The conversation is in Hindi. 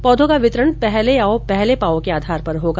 पौधों का वितरण पहले आओ पहले पाओ के आधार पर होगा